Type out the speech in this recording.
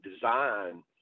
design